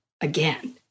again